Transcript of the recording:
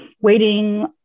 waiting